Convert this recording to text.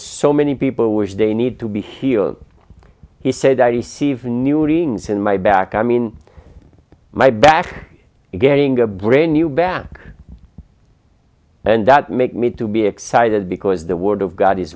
so many people which they need to be healed he said i even knew rings in my back i mean my back getting a brand new back and that make me to be excited because the word of god is